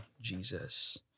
Jesus